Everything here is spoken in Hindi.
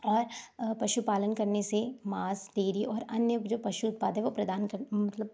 और पशुपालन करने से मांस डेरी और अन्य जो पशु उत्पाद है वो प्रदान कर मतलब